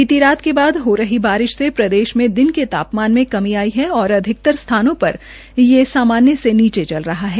बीती रात के बाद हो रहे बारिश से प्रदेश मे दिन के ता मान मे कमी आई है और अधिकतर स्थानों र यह सामान्य से नीचे चल रहा है